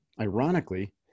ironically